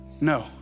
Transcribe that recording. No